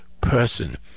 person